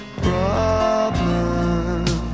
problem